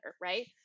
right